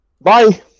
Bye